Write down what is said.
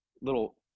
little